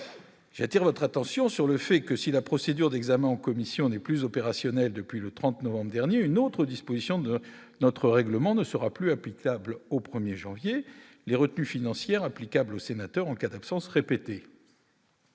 attire votre attention sur le fait que si la procédure d'examen en commission n'est plus opérationnel depuis le 30 novembre dernier une autre disposition de notre règlement ne sera plus applicable au 1er janvier les retenues financières applicables aux sénateurs en cas d'absences répétées.